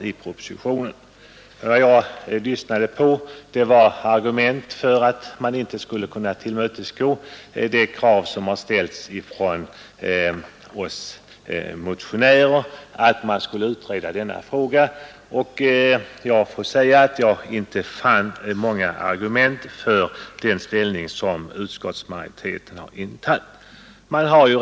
När jag lyssnade till argumenten för att inte tillmötesgå det krav som ställts av oss motionärer om utredning rörande den skattemässiga behandlingen av premierna fann jag inte mycket av argument för utskottsmajoritetens ställningstagande.